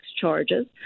charges